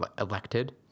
elected